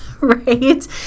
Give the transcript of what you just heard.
right